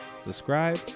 subscribe